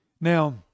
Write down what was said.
Now